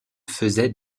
faisaient